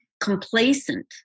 complacent